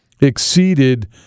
exceeded